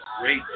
Great